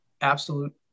absolute